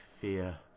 fear